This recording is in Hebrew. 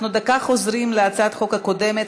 אנחנו חוזרים לדקה להצעת החוק הקודמת.